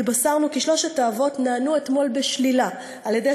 התבשרנו ששלושת האבות נענו אתמול בשלילה על-ידי